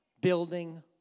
building